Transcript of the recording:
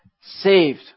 saved